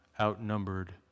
outnumbered